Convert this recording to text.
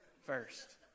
first